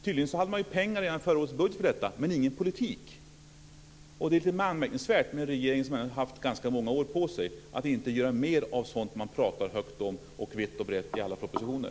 Tydligen hade man redan i förra årets budget pengar för detta men ingen politik. Det är lite anmärkningsvärt med en regering som ändå haft ganska många år på sig att inte göra mer av sådant man talar högt, vitt och brett om i alla propositioner.